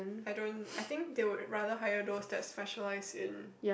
I don't I think they would rather hire those that's specialize in